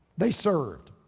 they served,